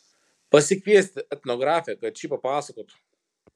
pasikviesti etnografę kad ši papasakotų